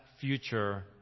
future